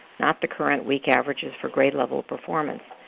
not the current weak averages for grade-level performance.